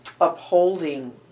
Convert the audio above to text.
upholding